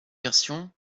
version